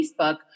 Facebook